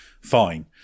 fine